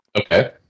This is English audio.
Okay